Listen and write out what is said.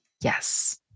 yes